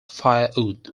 firewood